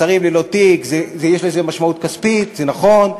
השרים ללא תיק, יש לזה משמעות כספית, זה נכון,